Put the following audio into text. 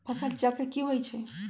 फसल चक्र की होइ छई?